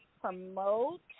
promote